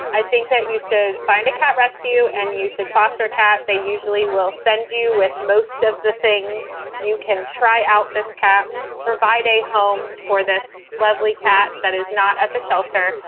i think that you should find a cat rescue and you should foster a cat they usually will send you with most of the things you can try out this cat, provide a home for this lovely cat that is not at the shelter,